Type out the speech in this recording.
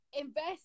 invest